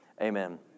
Amen